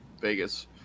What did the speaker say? Vegas